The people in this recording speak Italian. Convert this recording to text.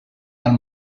dal